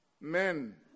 men